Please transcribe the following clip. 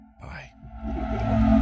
Bye